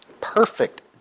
Perfect